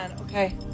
Okay